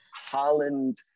Holland